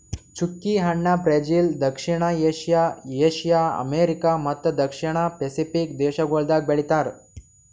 ಚ್ಚುಕಿ ಹಣ್ಣ ಬ್ರೆಜಿಲ್, ದಕ್ಷಿಣ ಏಷ್ಯಾ, ಏಷ್ಯಾ, ಅಮೆರಿಕಾ ಮತ್ತ ದಕ್ಷಿಣ ಪೆಸಿಫಿಕ್ ದೇಶಗೊಳ್ದಾಗ್ ಬೆಳಿತಾರ್